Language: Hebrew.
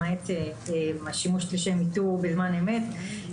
למעט שימוש בשם איתור בזמן אמת,